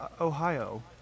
Ohio